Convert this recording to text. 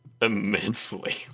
immensely